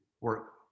work